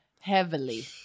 heavily